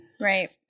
Right